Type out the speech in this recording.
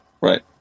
Right